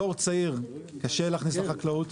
דור צעיר קשה להכניס לחקלאות,